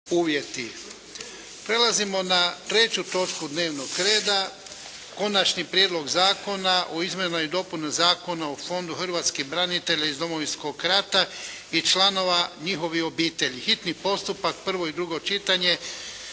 uvjeti. Prelazimo na treću točku dnevnog reda. - Prijedlog zakona o izmjenama i dopunama Zakona o Fondu hrvatskih branitelja iz Domovinskog rata i članova njihovih obitelji, s Konačnim prijedlogom zakona,